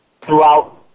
throughout